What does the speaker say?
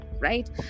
right